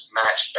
match